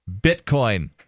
Bitcoin